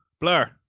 Blur